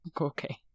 Okay